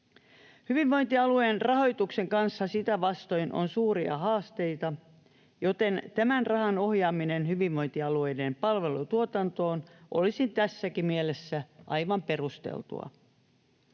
Hyvinvointialueiden rahoituksen kanssa sitä vastoin on suuria haasteita, joten tämän rahan ohjaaminen hyvinvointialueiden palvelutuotantoon olisi tässäkin mielessä aivan perusteltua.